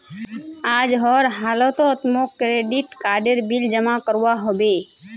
आज हर हालौत मौक क्रेडिट कार्डेर बिल जमा करवा होबे